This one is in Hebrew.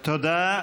תודה.